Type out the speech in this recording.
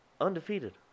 Undefeated